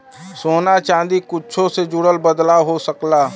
सोना चादी कुच्छो से जुड़ल बदलाव हो सकेला